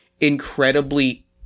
incredibly